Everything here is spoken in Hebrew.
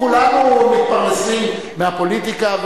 כולנו מתפרנסים מהפוליטיקה,